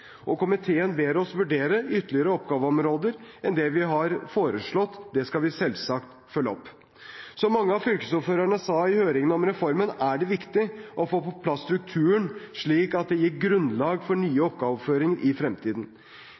Komiteen ber oss om å vurdere ytterligere oppgaveområder enn det vi har foreslått. Det skal vi selvsagt følge opp. Som mange av fylkesordførerne sa i høringen om reformen, er det viktig å få på plass strukturen, slik at det gir grunnlag for nye oppgaveoverføringer i fremtiden.